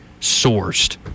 sourced